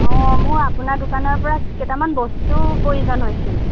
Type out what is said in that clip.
অ মোৰ আপোনাৰ দোকানৰ পৰা কেইটামান বস্তু প্ৰয়োজন হৈছিল